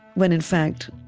when, in fact,